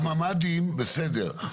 הממ"דים בסדר,